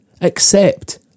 Accept